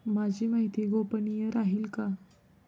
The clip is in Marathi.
माझी माहिती गोपनीय राहील का?